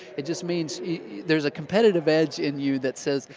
it just means there's a competitive edge in you that says,